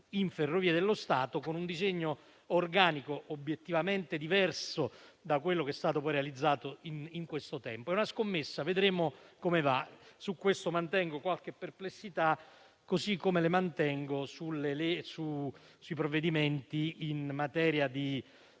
in Ferrovie dello Stato con un disegno organico obiettivamente diverso da quello che è stato poi realizzato in questo tempo. È una scommessa, e vedremo come va. Sul punto mantengo qualche perplessità, così come le mantengo sui provvedimenti in materia di